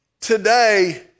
Today